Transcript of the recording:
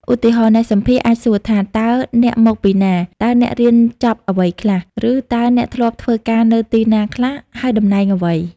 ឧទាហរណ៍ អ្នកសម្ភាសន៍អាចសួរថា "តើអ្នកមកពីណា?" "តើអ្នករៀនចប់អ្វីខ្លះ?" ឬ "តើអ្នកធ្លាប់ធ្វើការនៅទីណាខ្លះ ហើយតំណែងអ្វី?"។